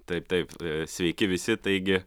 taip taip sveiki visi taigi